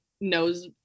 knows